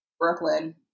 Brooklyn